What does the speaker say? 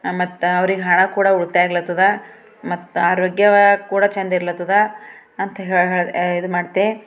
ಮತ್ತೆ ಅವ್ರಿಗೆ ಹಣ ಕೂಡ ಉಳಿತಾಯ ಆಗ್ಲತ್ತದ ಮತ್ತೆ ಆರೋಗ್ಯವೂ ಕೂಡ ಚೆಂದಿಲ್ಲಿರ್ತದ ಅಂತ ಹೇಳಿ ಇದು ಮಾಡ್ತೆ